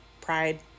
pride